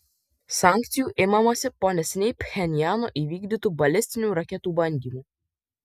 sankcijų imamasi po neseniai pchenjano įvykdytų balistinių raketų bandymų